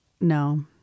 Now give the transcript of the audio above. no